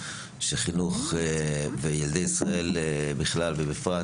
שחינוך וילדי ישראל בכלל ובפרט